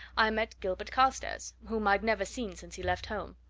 i met gilbert carstairs, whom i'd never seen since he left home.